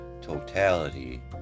totality